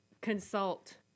consult